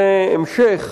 זה המשך